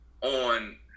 on